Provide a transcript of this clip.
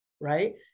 right